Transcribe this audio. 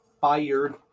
fired